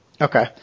Okay